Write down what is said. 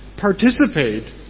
participate